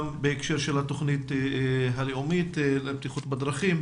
בהקשר של התוכנית הלאומית לבטיחות בדרכים,